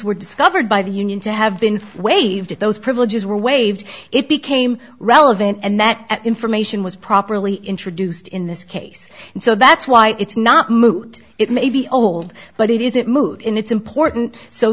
were discovered by the union to have been waived if those privileges were waved it became relevant and that information was properly introduced in this case and so that's why it's not moot it may be old but it is it moot and it's important so